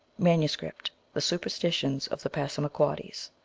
manuscript the superstitions of the passamaquoddies.